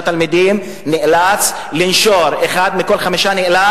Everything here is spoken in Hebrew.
נציב לעוד חמש שנים,